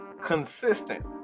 Consistent